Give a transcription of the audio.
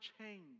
change